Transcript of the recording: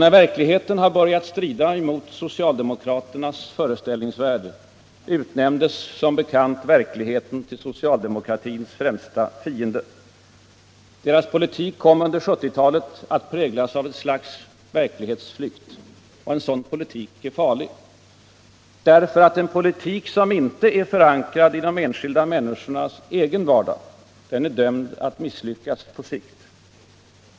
När verkligheten började strida emot socialdemokraternas föreställningsvärld, utnämndes som bekant verkligheten till socialdemokratins främsta fiende. Socialdemokratins politik kom under början av 1970-talet att präglas av ett slags verklighetsflykt. En sådan politik är farlig. En politik som inte är förankrad i de enskilda människornas egen vardag är dömd att misslyckas på sikt.